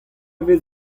vez